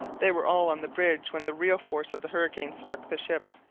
they were all on the bridge when the real force of the hurricane struck the ship.